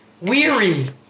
weary